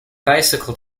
bicycle